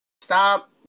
stop